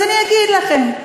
אז אני אגיד לכם.